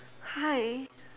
hi